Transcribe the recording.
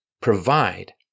provide